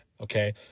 okay